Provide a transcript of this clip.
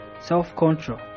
self-control